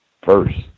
first